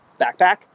backpack